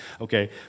Okay